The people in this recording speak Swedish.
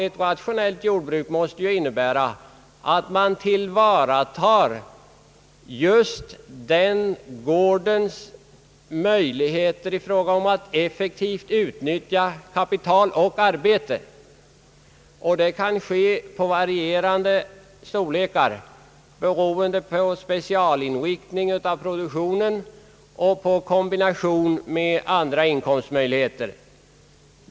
Ett rationellt jordbruk innebär att man tillvaratar just den gårdens möjligheter i fråga om att effektivt utnyttja kapital och arbete, vilket kan ske på gårdar av varierande storlek beroende på specialinriktning av produktionen och på kombination med andra inkomstmöjligheter.